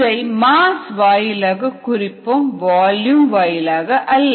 இதை மாஸ் வாயிலாக குறிப்போம் வால்யூம் வாயிலாக அல்ல